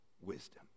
wisdom